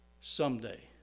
someday